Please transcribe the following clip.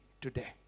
today